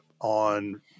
on